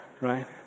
right